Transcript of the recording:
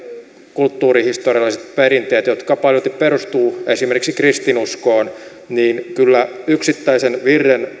kulttuurihistorialliset perinteet jotka paljolti perustuvat esimerkiksi kristinuskoon ei yksittäisen virren